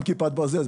גם כיפת ברזל.